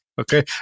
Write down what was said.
okay